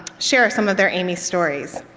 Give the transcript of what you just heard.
share some of their amy stories.